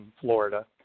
Florida